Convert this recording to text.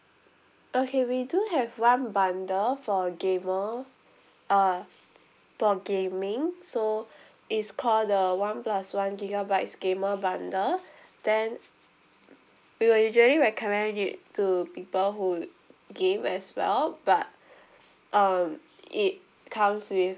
okay we do have one bundle for gamer uh for gaming so it's call the one plus one gigabytes gamer bundle then we will usually recommend it to people who game as well but um it comes with